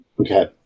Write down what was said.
Okay